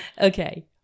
Okay